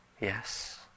Yes